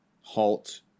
halt